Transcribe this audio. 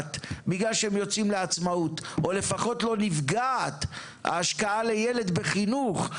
משתבחת בגלל שהם יוצאים לעצמאות או לפחות ההשקעה לילד בחינוך,